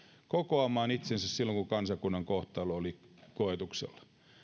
kokoamaan itsensä silloin kun kansakunnan kohtalo oli koetuksella